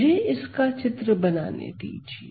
मुझे इसका चित्र बनाने दीजिए